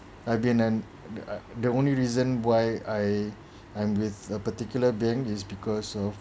I've been and uh the only reason why I I'm with a particular bank is because of